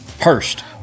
hurst